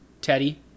Teddy